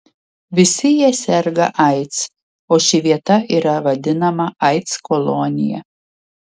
visi jie serga aids o ši vieta yra vadinama aids kolonija